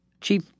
chief